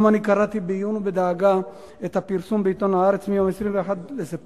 גם אני קראתי בעיון ובדאגה את הפרסום בעיתון "הארץ" מיום 21 בספטמבר,